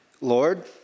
Lord